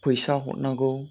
फैसा हरनांगौ